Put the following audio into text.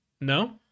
No